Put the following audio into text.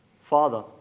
father